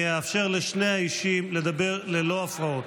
אני אאפשר לשני האישים לדבר ללא הפרעות.